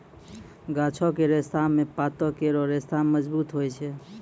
गाछो क रेशा म पातो केरो रेशा मजबूत होय छै